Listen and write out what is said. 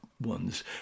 ones